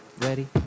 ready